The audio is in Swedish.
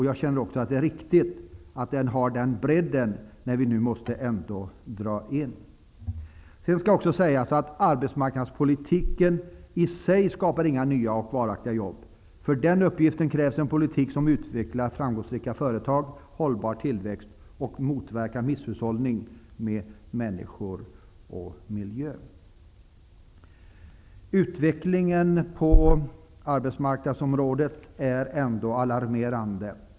Jag känner också att det är riktigt att åtgärderna har den bredden när vi nu ändå måste dra in. Arbetsmarknadspolitiken i sig skapar inga nya och varaktiga jobb. För den uppgiften krävs det en politik som utvecklar framgångsrika företag och hållbar tillväxt och som motverkar misshushållning med människor och miljö. Utvecklingen på arbetsmarknadsområdet är ändå alarmerande.